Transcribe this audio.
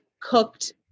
cooked